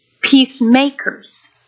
peacemakers